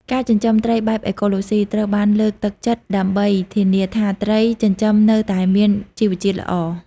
ការចិញ្ចឹមត្រីបែប អេកូឡូស៊ី ត្រូវបានលើកទឹកចិត្តដើម្បីធានាថាត្រីចិញ្ចឹមនៅតែមានជីវជាតិល្អ។ (